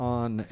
on